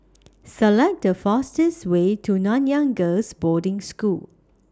Select The fastest Way to Nanyang Girls' Boarding School